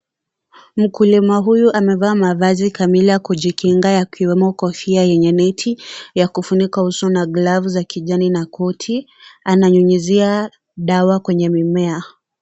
Mkulima huyu amevaa mavazi kamili ya kujikinga yakiwemo kofia yenye neti ya kufunika uso na glavu za kijani na koti ana nyunyizia dawa kwenye mimea.